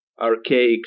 archaic